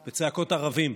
בצעקות: ערבים.